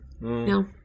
No